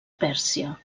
pèrsia